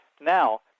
Now